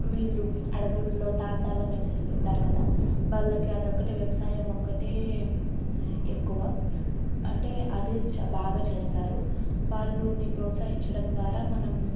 వీళ్ళు అడవుల్లో తాండాలో నివసిస్తూ ఉంటారు కదా వాళ్ళకి అది ఒక్కటే వ్యయసాయం ఒక్కటే ఎక్కువ అంటే అదే చే బాగ చేస్తారు వాళ్ళని ప్రోత్సాహించడం ద్వారా మనం